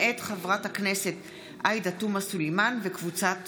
מאת חברי הכנסת עאידה תומא סלימאן, ג'אבר